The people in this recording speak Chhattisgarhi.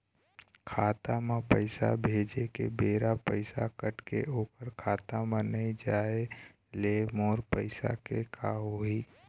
खाता म पैसा भेजे के बेरा पैसा कट के ओकर खाता म नई जाय ले मोर पैसा के का होही?